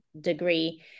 degree